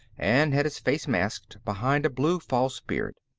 and had his face masked behind a blue false beard.